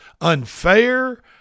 unfair